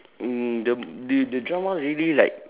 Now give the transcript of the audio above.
mm the the the drama maybe like